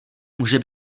může